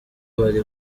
bari